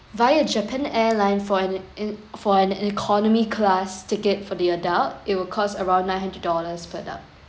via japan airline for an in for an economy class ticket for the adult it will cost around nine hundred dollars per adult